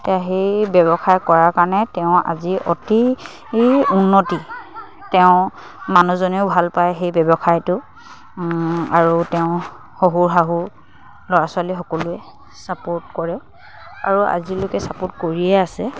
এতিয়া সেই ব্যৱসায় কৰাৰ কাৰণে তেওঁ আজি অতি উন্নতি তেওঁ মানুহজনেও ভাল পায় সেই ব্যৱসায়টো আৰু তেওঁ শহুৰ শাহু ল'ৰা ছোৱালী সকলোৱে চাপোৰ্ট কৰে আৰু আজিলৈকে চাপোৰ্ট কৰিয়ে আছে